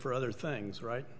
for other things right